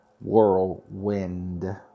whirlwind